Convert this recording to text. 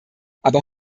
aber